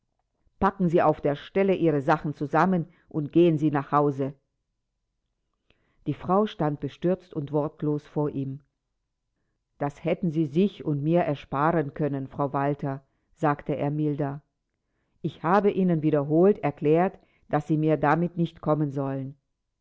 packen sie auf der stelle ihre sachen zusammen und gehen sie nach hause die frau stand bestürzt und wortlos vor ihm das hätten sie sich und mir ersparen können frau walther sagte er milder ich habe ihnen wiederholt erklärt daß sie mir damit nicht kommen sollen